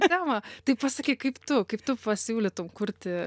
temą tai pasakyk kaip tu kaip tu pasiūlytum kurti